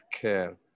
care